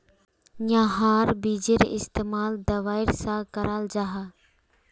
याहार बिजेर इस्तेमाल दवाईर सा कराल जाहा